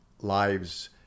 lives